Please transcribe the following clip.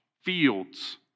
fields